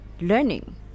learning